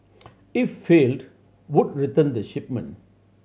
if failed would return the shipment